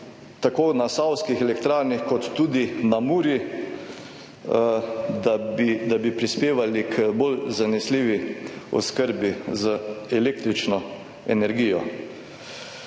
tako na Savskih elektrarnah kot tudi na Muri, da bi prispevali k bolj zanesljivi oskrbi z električno energijo.